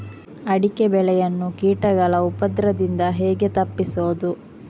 ಅಡಿಕೆ ಬೆಳೆಯನ್ನು ಕೀಟಗಳ ಉಪದ್ರದಿಂದ ಹೇಗೆ ತಪ್ಪಿಸೋದು?